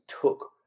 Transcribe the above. took